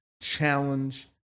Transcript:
challenge